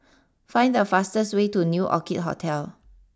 find the fastest way to new Orchid Hotel